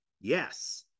yes